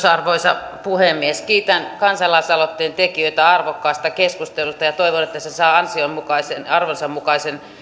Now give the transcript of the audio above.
arvoisa puhemies kiitän kansalaisaloitteen tekijöitä arvokkaasta keskustelusta ja toivon että se saa arvonsa mukaisen